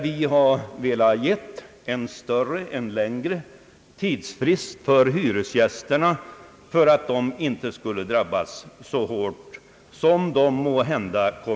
Vi har velat ge en längre tidsfrist för hyresgästerna, för att de inte skulle drabbas så hårt.